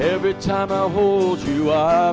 every time i'll hold you